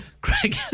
Craig